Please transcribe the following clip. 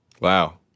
Wow